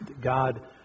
God